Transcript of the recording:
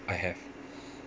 I have